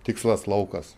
tikslas laukas